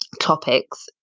topics